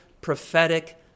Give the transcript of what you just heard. prophetic